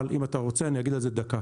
אבל אם אתה רוצה אני אגיד על זה דקה.